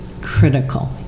critical